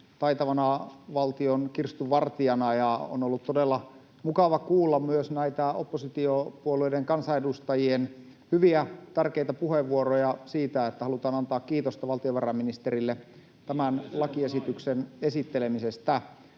taitavana valtion kirstunvartijana, ja on ollut todella mukava kuulla myös näitä oppositiopuolueiden kansanedustajien hyviä, tärkeitä puheenvuoroja siitä, että halutaan antaa kiitosta valtiovarainministerille tämän lakiesityksen esittelemisestä.